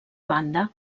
banda